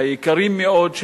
היקרים מאוד,